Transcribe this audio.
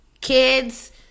kids